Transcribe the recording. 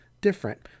different